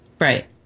Right